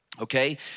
okay